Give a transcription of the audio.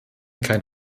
kein